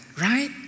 right